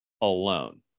alone